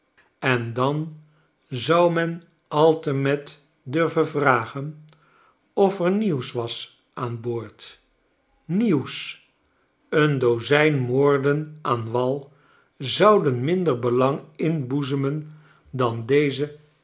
en dan zou men altemet durven vragen ofer nieuws was aan boord nieuws een dozijn moorden aan wal zouden minder belang inboezemen dan deze